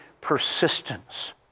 persistence